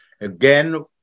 Again